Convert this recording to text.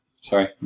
Sorry